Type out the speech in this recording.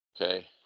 Okay